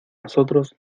nosotros